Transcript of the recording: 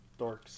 Dorks